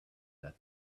that